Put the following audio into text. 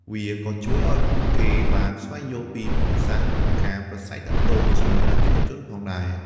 វាក៏ជួយឱ្យពួកគេបានស្វែងយល់ពីភូមិសាស្ត្រ និងការប្រាស្រ័យទាក់ទងជាមួយអតិថិជនផងដែរ។